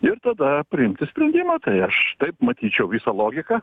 ir tada priimti sprendimą tai aš taip matyčiau visą logiką